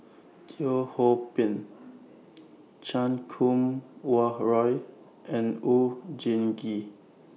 Teo Ho Pin Chan Kum Wah Roy and Oon Jin Gee